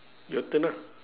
your turn ah